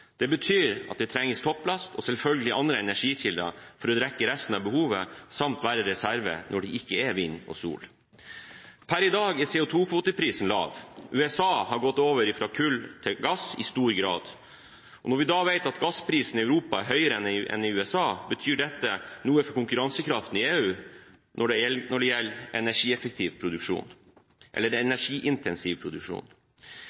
Det betyr at det trengs topplast og selvfølgelig andre energikilder for å dekke resten av behovet samt være reserve når det ikke er vind og sol. Per i dag er CO2-kvoteprisen lav. USA har i stor grad gått over fra kull til gass. Når vi da vet at gassprisen i Europa er høyere enn i USA, betyr dette noe for konkurransekraften i EU når det gjelder energiintensiv produksjon. Ifølge sjefsøkonom doktor Birol i Det